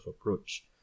approach